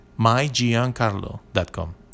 mygiancarlo.com